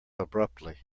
abruptly